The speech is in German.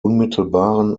unmittelbaren